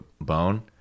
bone